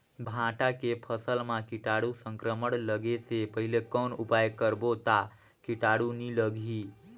भांटा के फसल मां कीटाणु संक्रमण लगे से पहले कौन उपाय करबो ता कीटाणु नी लगही?